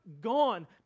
gone